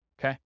Okay